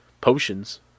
potions